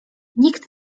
nikt